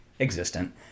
existent